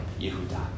Yehuda